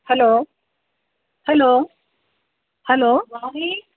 hello hello hello ಹಾಂ ರೀ